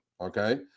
Okay